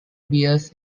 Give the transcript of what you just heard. beers